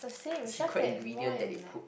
secret ingredient that they put